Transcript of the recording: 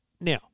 Now